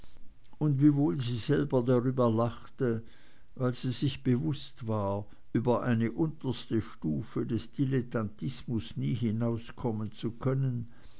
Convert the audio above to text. und wiewohl sie selber darüber lachte weil sie sich bewußt war über eine unterste stufe des dilettantismus nie hinauskommen zu können